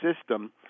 system